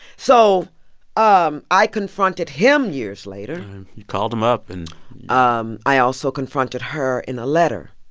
so um i confronted him years later you called him up and um i also confronted her in a letter.